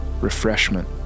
Refreshment